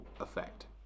effect